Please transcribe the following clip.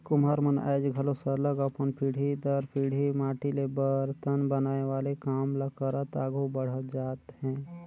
कुम्हार मन आएज घलो सरलग अपन पीढ़ी दर पीढ़ी माटी ले बरतन बनाए वाले काम ल करत आघु बढ़त जात हें